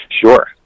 sure